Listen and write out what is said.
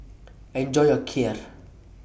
Enjoy your Kheer